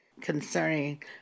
concerning